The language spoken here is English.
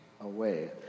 away